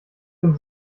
dem